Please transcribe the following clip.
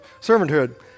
servanthood